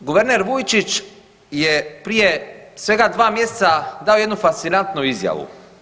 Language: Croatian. No, guverner Vujčić je prije svega 2 mjeseca dao jednu fascinantnu izjavu.